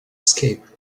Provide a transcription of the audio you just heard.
escape